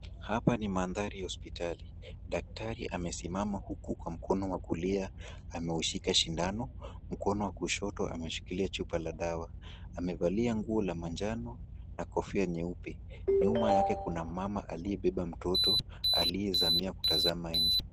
Hapa ni mandhari ya hospitali. Daktari amesimama huku mkono wa kulia ameushika sindano, mkono wa kushoto ameshikilia chupa la dawa. Amevalia nguo la manjano na kofia nyeupe. Nyuma yake kuna mama aliyebeba mtoto aliyezamia kutazama nje.